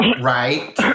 right